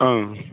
ओं